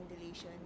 ventilation